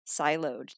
siloed